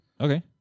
Okay